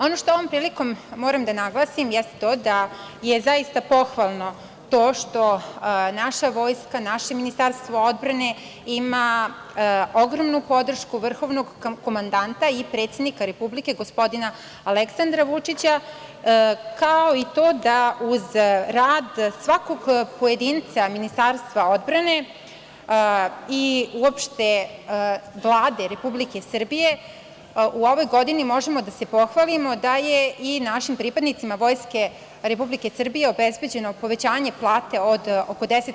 Ono što ovom prilikom moram da naglasim jeste to da je zaista pohvalno to što naša Vojska, naše Ministarstvo odbrane ima ogromnu podršku vrhovnog komandanta i predsednika Republike, gospodina Aleksandra Vučića, kao i to da, uz rad svakog pojedinca Ministarstva odbrane i uopšte Vlade Republike Srbije, u ovoj godini možemo da se pohvalimo da je i našim pripadnicima Vojske Republike Srbije obezbeđeno povećanje plate od oko 10%